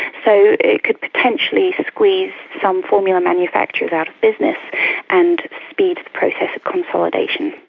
so it could potentially squeeze some formula manufacturers out of business and speed the process of consolidation.